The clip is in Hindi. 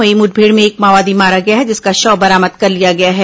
वहीं मुठभेड़ में एक माओवादी मारा गया है जिसका शव बरामद कर लिया गया है